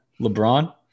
LeBron